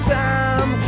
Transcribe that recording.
time